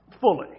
fully